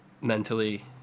mentally